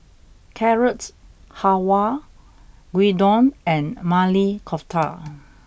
Carrot Halwa Gyudon and Maili Kofta